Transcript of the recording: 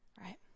right